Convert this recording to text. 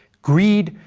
greed,